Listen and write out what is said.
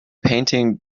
painting